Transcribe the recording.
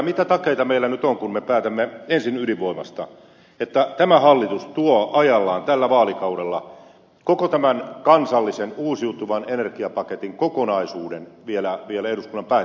mitä takeita meillä nyt on kun me päätämme ensin ydinvoimasta että tämä hallitus tuo ajallaan tällä vaalikaudella koko tämän kansallisen uusiutuvan energian paketin kokonaisuuden vielä eduskunnan päätettäväksi